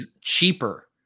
cheaper